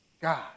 God